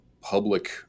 public